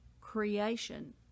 creation